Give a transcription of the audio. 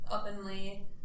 openly